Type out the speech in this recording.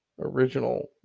original